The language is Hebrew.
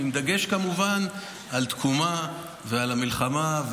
עם דגש כמובן על תקומה ועל המלחמה.